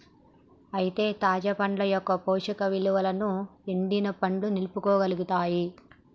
అయితే తాజా పండ్ల యొక్క పోషక ఇలువలను ఎండిన పండ్లు నిలుపుకోగలుగుతాయి